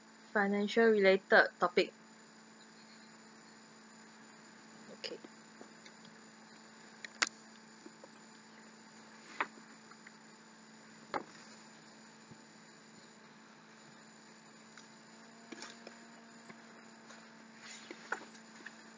financial related topic okay